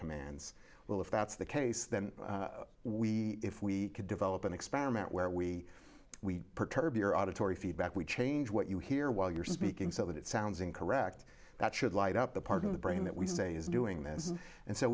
commands well if that's the case then we if we could develop an experiment where we we perturb your auditory feedback we change what you hear while you're speaking so that it sounds and correct that should light up the part of the brain that we say is doing this and so